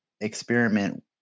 experiment